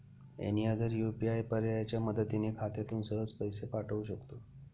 any other UPI पर्यायाच्या मदतीने खात्यातून सहज पैसे पाठवू शकतो